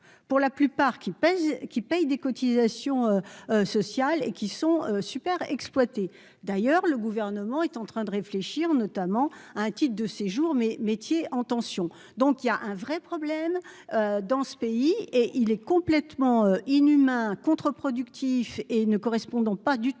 pour la plupart, qui pèse, qui payent des cotisations sociales et qui sont super exploiter, d'ailleurs, le gouvernement est en train de réfléchir notamment un titre de séjour mais métiers en tension, donc il y a un vrai problème dans ce pays et il est complètement inhumain contreproductif et ne correspondant pas du tout